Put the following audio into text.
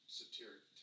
satiric